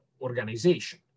organization